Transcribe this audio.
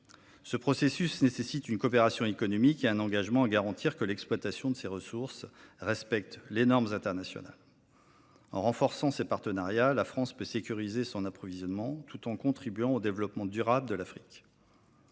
Ce processus nécessite une coopération économique et un engagement à garantir que l’exploitation de ces ressources respecte les normes internationales. En renforçant ces partenariats, la France peut sécuriser son approvisionnement tout en contribuant au développement durable de l’Afrique.